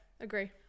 Agree